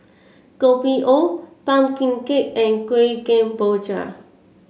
Kopi O pumpkin cake and Kueh Kemboja